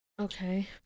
okay